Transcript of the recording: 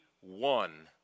one